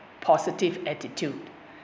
positive attitude